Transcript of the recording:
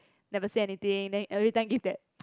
never say anything then every time give that